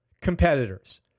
competitors